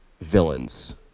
villains